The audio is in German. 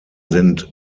sind